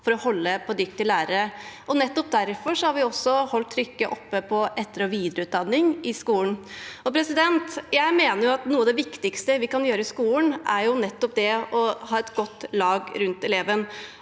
for å holde på dyktige lærere. Nettopp derfor har vi også holdt trykket oppe på etter- og videreutdanning i skolen. Jeg mener at noe av det viktigste vi kan gjøre i skolen, er å ha et godt lag rundt eleven.